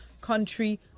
country